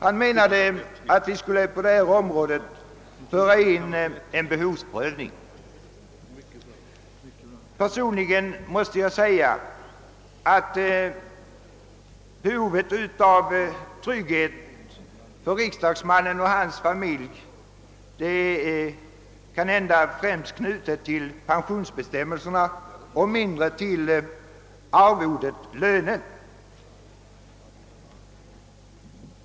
Han menade att vi på detta område skulle föra in en behovsprövning. Personligen måste jag säga att behovet av trygghet för riksdagsmannen och hans familj kanhända främst är knutet till pensionsbestämmelserna och mindre till arvodet, lönen.